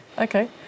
Okay